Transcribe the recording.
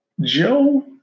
Joe